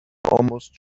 almost